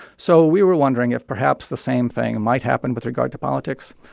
so we were wondering if perhaps the same thing might happen with regard to politics.